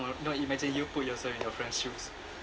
no imagine you put yourself in your friend's shoes